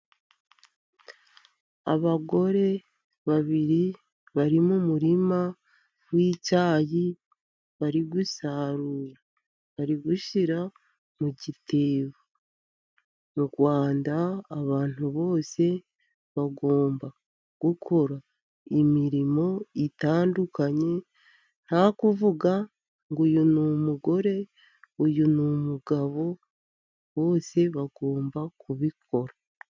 Abagore babiri bari mu murima w'icyayi bari gusarura. Bari gushyira mu gitebo. Mu Rwanda abantu bose bagomba gukora imirimo itandukanye, nta kuvuga ngo uyu ni numugore, uyu ni umugabo. Bose bagomba kubikora.